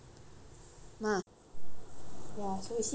ya so we see how lah I mean I don't know